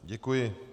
Děkuji.